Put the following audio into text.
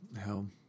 hell